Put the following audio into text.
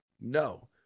No